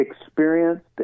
experienced